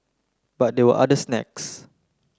but there were other snags